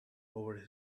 over